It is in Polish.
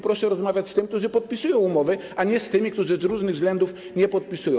Proszę rozmawiać z tymi, którzy podpisują umowy, a nie z tymi, którzy z różnych względów nie podpisują.